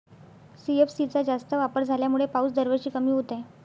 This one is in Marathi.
सी.एफ.सी चा जास्त वापर झाल्यामुळे पाऊस दरवर्षी कमी होत आहे